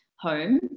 Home